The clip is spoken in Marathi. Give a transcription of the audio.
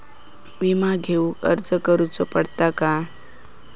विमा घेउक अर्ज करुचो पडता काय?